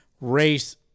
race